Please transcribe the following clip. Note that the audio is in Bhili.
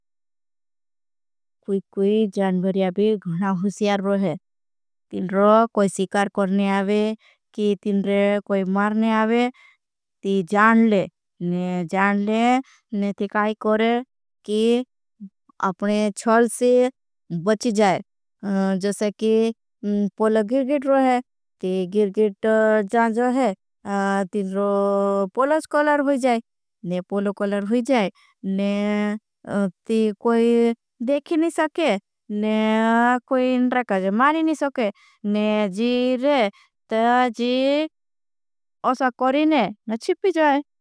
कुई कुई जानवर्याभी गुणा हुस्यार रोहे तिन्रो कोई सिकार करने। आवे की तिनरे कोई मारने आवे ती जान ले ने जान ले ने ती। काई करे की अपने छल से बची जाए जैसे की पोलो गिर गिर। रोहे ती गिर गिर जान जान जाए तिन्रो पोलो स्कॉलर हुई जाए। ने पोलो कॉलर हुई जाए ने ती कोई देखी। नहीं सके ने कोई नरकाज मारी नहीं सके। ने जी रे ता जी असा करे ने ने छिपी जाए।